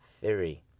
theory